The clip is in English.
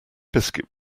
biscuit